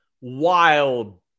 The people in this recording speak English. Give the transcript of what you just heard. wild